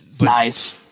Nice